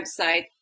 website